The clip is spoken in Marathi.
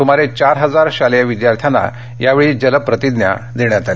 सुमारे चार हजार शालेय विद्यार्थ्यांना या वेळी जल प्रतिज्ञा देण्यात आली